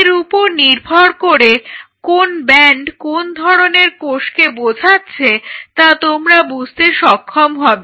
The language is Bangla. এর উপর নির্ভর করে কোন ব্যান্ড কোন ধরনের কোষকে বোঝাচ্ছে তা তোমরা বুঝতে সক্ষম হবে